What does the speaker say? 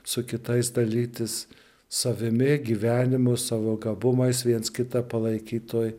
su kitais dalytis savimi gyvenimu savo gabumais viens kitą palaikyt toj